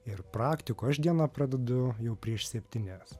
ir praktikų aš dieną pradedu jau prieš septynias